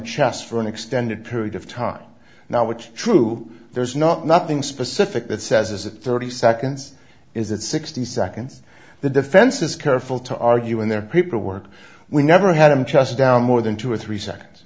chest for an extended period of time now which true there's not nothing specific that says it thirty seconds is it sixty seconds the defense is careful to argue in their paperwork we never had him just down more than two or three seconds